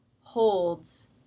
holds